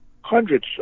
hundreds